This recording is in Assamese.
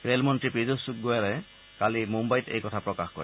ৰেলমন্ত্ৰী পীয়ুষ গোৱেলে কালি মুম্বাইত এই কথা প্ৰকাশ কৰে